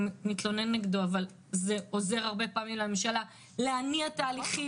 מתלונן כנגדו אבל זה עוזר הרבה פעמים לממשלה להניע תהליכים.